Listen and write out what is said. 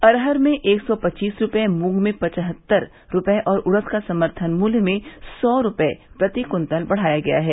अरहर में एक सौ पच्चीस रुपये मूंग में पचहत्तर रुपये और उड़द का समर्थन मूल्य सौ रूपये रुपये प्रति क्विंटल बढ़ाया गया है